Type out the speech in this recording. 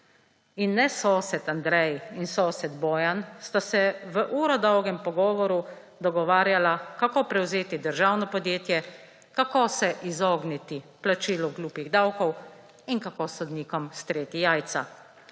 in ne sosed Andrej in sosed Bojan, sta se v uro dolgem pogovoru dogovarjala, kako prevzeti državno podjetje, kako se izogniti plačilu glupih davkov in kako sodnikom streti jajca.